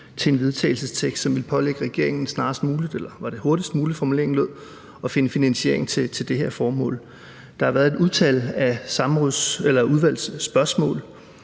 til vedtagelse, som skulle pålægge regeringen snarest muligt – eller var det »hurtigst muligt«, formuleringen lød? – at finde finansiering til det her formål. Der har været et utal af udvalgsspørgsmål.